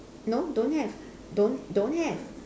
no don't have don't don't have